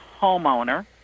homeowner